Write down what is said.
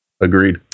agreed